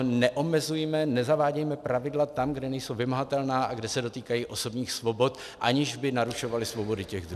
Neomezujme, nezavádějme pravidla tam, kde nejsou vymahatelná a kde se dotýkají osobních svobod, aniž by narušovala svobodu těch druhých.